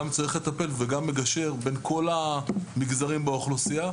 צריך לטפל וגם מגשר בין כל המגזרים באוכלוסייה,